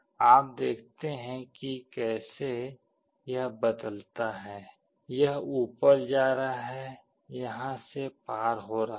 आप देखते हैं कि कैसे यह बदलता है यह ऊपर जा रहा है यहां से पार हो रहा है